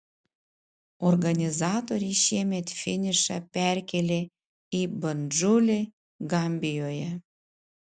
organizatoriai šiemet finišą perkėlė į bandžulį gambijoje